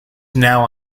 now